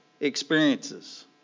experiences